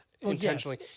intentionally